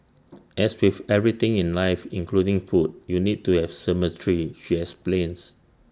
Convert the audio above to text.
as with everything in life including food you need to have symmetry she explains